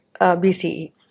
BCE